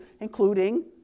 including